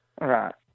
right